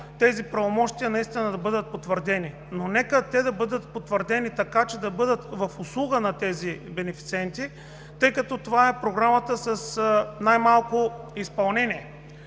тези правомощия наистина да бъдат потвърдени, но нека те да бъдат потвърдени, така че да бъдат в услуга на тези бенефициенти, тъй като това е Програмата с най малко изпълнение.